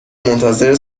منتظر